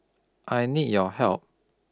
I need your help